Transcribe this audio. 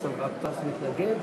אדוני השר סילבן שלום.